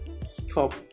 stop